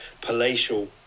palatial